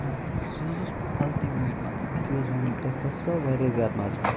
نہَ سُہ حٕظ اوس اَلٹِمیٹ مَطلَب بہٕ کہِ حظ وَنو تۄہہِ تَتھ حٕظ آو واریاہ زیادٕ مَزٕ مےٚ